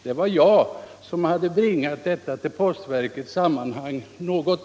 Det var jag som något år tidigare hade bringat detta till postverkets kännedom.